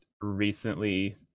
recently